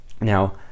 Now